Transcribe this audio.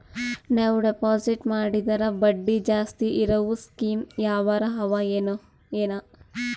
ನಾವು ಡೆಪಾಜಿಟ್ ಮಾಡಿದರ ಬಡ್ಡಿ ಜಾಸ್ತಿ ಇರವು ಸ್ಕೀಮ ಯಾವಾರ ಅವ ಏನ?